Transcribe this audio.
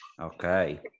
Okay